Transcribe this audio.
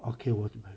okay 我怎么